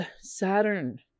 Saturn